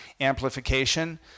amplification